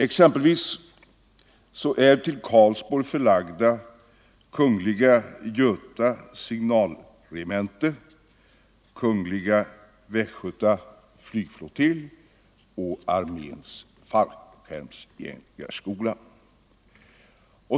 Exempelvis är till Karlsborg förlagda kungl. Göta signalregemente, kungl. Västgöta flygflottilj och arméns fallskärmsjägarskola.